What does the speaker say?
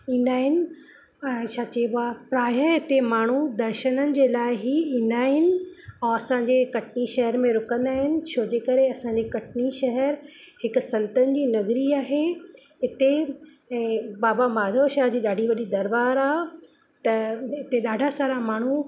ईंदा आहिनि छा चइबो आ प्राहे हिते माणू दर्शननि जे लाइ ई ईंदा आहिन ऐं असांजे कटनी शहर में रुकंदा आहिनि छोजे करे असांजे कटनी शहरु हिकु संतन जी नगरी आहे इते बाबा माधवशाह जी ॾाढी वॾी दरबारु आहे त इते ॾाढा सारा माण्हू